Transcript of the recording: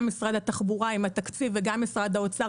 גם משרד התחבורה עם התקציב וגם משרד האוצר,